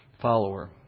follower